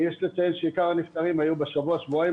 יש לציין שעיקר הנפטרים היו בשבוע שבועיים